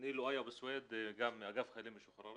אני לואי אבו סויד, גם מאגף חיילים משוחררים.